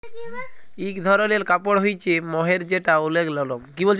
ইক ধরলের কাপড় হ্য়চে মহের যেটা ওলেক লরম